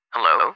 Hello